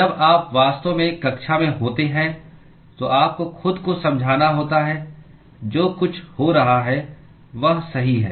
जब आप वास्तव में कक्षा में होते हैं तो आपको खुद को समझाना होता है जो कुछ हो रहा है वह सही है